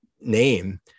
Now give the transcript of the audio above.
name